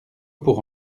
pour